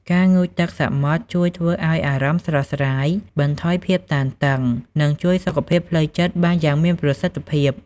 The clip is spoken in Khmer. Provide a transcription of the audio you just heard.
ការងូតទឹកសមុទ្រជួយធ្វើឲ្យអារម្មណ៍ស្រស់ស្រាយ បន្ថយភាពតានតឹង និងជួយសុខភាពផ្លូវចិត្តបានយ៉ាងមានប្រសិទ្ធភាព។